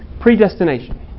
predestination